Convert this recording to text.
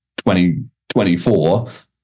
2024